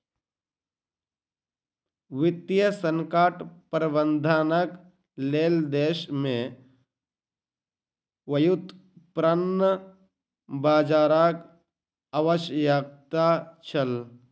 वित्तीय संकट प्रबंधनक लेल देश में व्युत्पन्न बजारक आवश्यकता छल